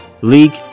League